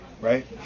right